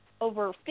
over